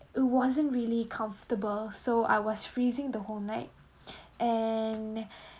it wasn't really comfortable so I was freezing the whole night and